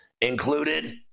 included